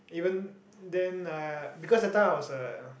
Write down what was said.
even then uh because that time I was a